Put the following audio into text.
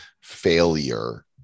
failure